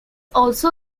also